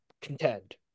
contend